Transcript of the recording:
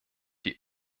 die